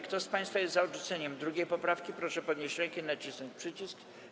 Kto z państwa jest za odrzuceniem 2. poprawki, proszę podnieść rękę i nacisnąć przycisk.